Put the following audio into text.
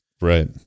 right